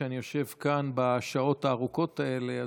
כשאני יושב כאן בשעות הארוכות האלה.